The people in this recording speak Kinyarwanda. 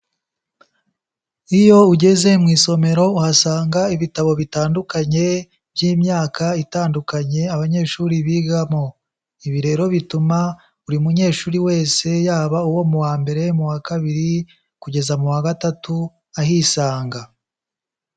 Iyo ugeze mu isomero uhasanga ibitabo bitandukanye by'imyaka itandukanye abanyeshuri bigamo. Ibi rero bituma buri munyeshuri wese yaba uwo mu wa mbere, mu wa kabiri kugeza mu wa gatatu ahisanga.